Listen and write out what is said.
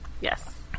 yes